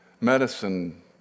Medicine